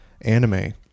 anime